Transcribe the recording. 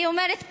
היא אומרת ככה: